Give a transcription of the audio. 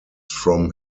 from